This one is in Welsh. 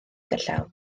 gerllaw